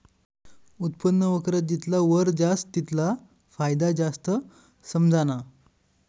उत्पन्न वक्र जितला वर जास तितला फायदा जास्त समझाना